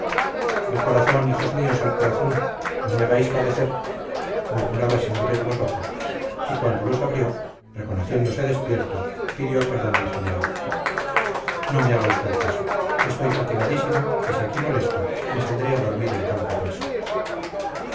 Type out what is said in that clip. al corazón hijos míos al corazón no me hagáis padecer murmuraba sin abrir los ojos y cuando los abrió reconociéndose despierto pidió perdón al general no me haga usted caso estoy fatigadísimo y si aquí molesto me saldré a dormir en campo raso